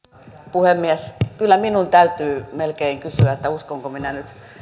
puhemies kyllä minun täytyy melkein kysyä että uskonko minä